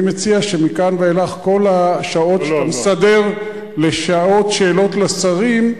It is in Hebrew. אני מציע שמכאן ואילך כל השעות שאתה מסדר לשעות שאלות לשרים,